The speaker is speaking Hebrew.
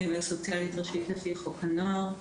ואני עובדת סוציאלית ראשית לפי חוק הנוער.